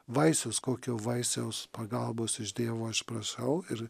vaisius kokio vaisiaus pagalbos iš dievo aš prašau ir